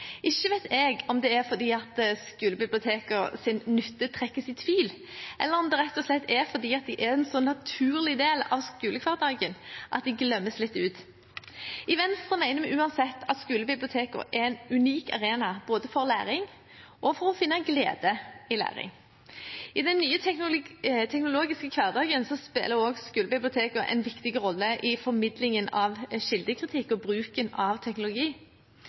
Ikke vet jeg om det er fordi skolebibliotekenes nytte trekkes i tvil, eller om det rett og slett er fordi de er en så naturlig del av skolehverdagen at de glemmes litt. I Venstre mener vi uansett at skolebibliotekene er en unik arena både for læring og for å finne glede i læring. I den nye teknologiske hverdagen spiller skolebibliotekene også en viktig rolle i formidlingen av kildekritikk og bruken av teknologi.